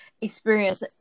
experience